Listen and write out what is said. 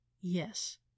yes